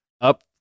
up